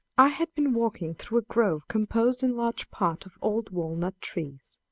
i had been walking through a grove composed in large part of old walnut-trees.